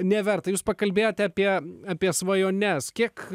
neverta jūs pakalbėjote apie apie svajones kiek